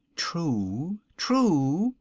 true, true,